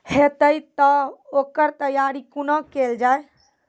हेतै तअ ओकर तैयारी कुना केल जाय?